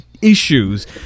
issues